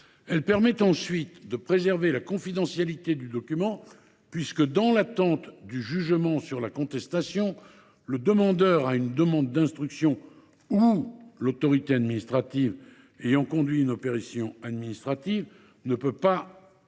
Elle permet, ensuite, de préserver la confidentialité du document, puisque, dans l’attente du jugement sur la contestation, le demandeur à une mesure d’instruction ou l’autorité administrative ayant conduit une opération de visite ne peut pas